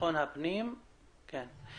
לביטחון הפנים בבקשה.